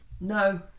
No